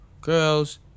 girls